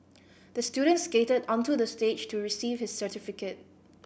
the student skated onto the stage to receive his certificate